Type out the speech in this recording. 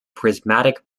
prismatic